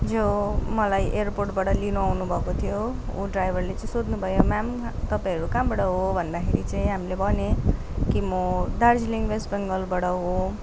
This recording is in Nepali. जो मलाई एयरपोर्टबाट लिनु आउनुभएको थियो ऊ ड्राइभरले चाहिँ सोध्नुभयो म्याम तपाईँहरू कहाँबाट हो भन्दाखेरि चाहिँ हामीले भनेँ कि म दार्जिलिङ वेस्ट बेङ्गलबाट हो